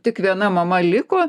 tik viena mama liko